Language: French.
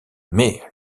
mais